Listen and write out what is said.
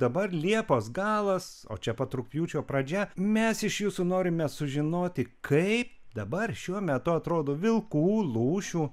dabar liepos galas o čia pat rugpjūčio pradžia mes iš jūsų norime sužinoti kaip dabar šiuo metu atrodo vilkų lūšių